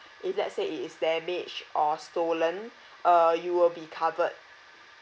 if let say it is damaged or stolen uh you will be covered